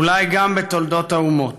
אולי גם בתולדות האומות.